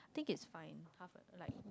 I think it's fine hald a like